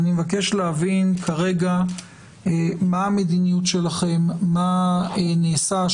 אני מבקש להבין כרגע מה המדיניות שלכם, מה נעשה.